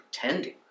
pretending